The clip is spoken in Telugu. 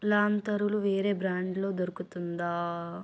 లాంతరులు వేరే బ్రాండ్లో దొరుకుతుందా